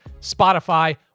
Spotify